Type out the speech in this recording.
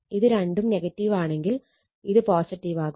ഇത് രണ്ടും നെഗറ്റീവാണെങ്കിൽ ഇത് പോസിറ്റീവാകും